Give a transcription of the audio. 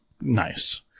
nice